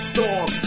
Storm